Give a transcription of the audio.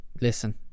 listen